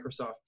Microsoft